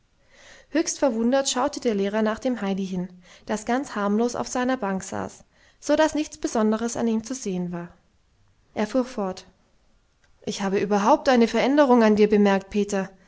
höchst verwundert schaute der lehrer nach dem heidi hin das ganz harmlos auf seiner bank saß so daß nichts besonderes an ihm zu sehen war er fuhr fort ich habe überhaupt eine veränderung an dir bemerkt peter